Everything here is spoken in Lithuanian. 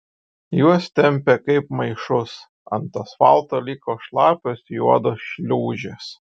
juos tempė kaip maišus ant asfalto liko šlapios juodos šliūžės